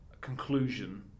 conclusion